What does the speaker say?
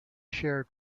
share